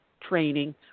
training